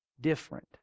different